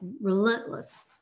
relentless